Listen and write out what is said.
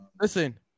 Listen